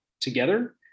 together